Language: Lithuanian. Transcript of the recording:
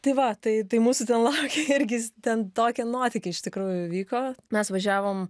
tai va tai tai mūsų laukė irgi ten tokie nuotykiai iš tikrųjų vyko mes važiavom